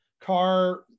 car